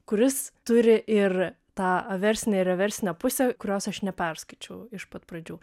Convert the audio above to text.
kuris turi ir tą aversinę ir reversinę pusę kurios aš neperskaičiau iš pat pradžių